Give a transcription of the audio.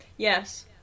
Yes